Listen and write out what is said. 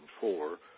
four